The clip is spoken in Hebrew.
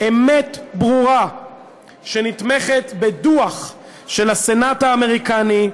אמת ברורה שנתמכת בדוח של הסנאט האמריקני,